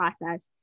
process